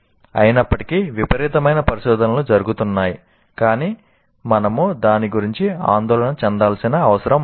అయినప్పటికీ విపరీతమైన పరిశోధనలు జరుగుతున్నాయి కాని మనము దాని గురించి ఆందోళన చెందాల్సిన అవసరం లేదు